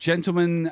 Gentlemen